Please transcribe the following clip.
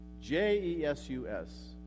J-E-S-U-S